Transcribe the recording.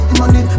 money